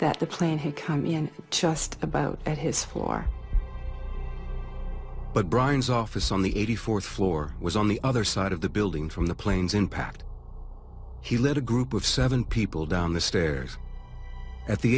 that the plane had come in just about at his floor but brian's office on the eighty fourth floor was on the other side of the building from the plane's impact he led a group of seven people down the stairs at the